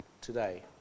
today